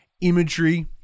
imagery